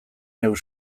neuk